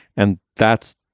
and that's.